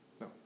No